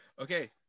Okay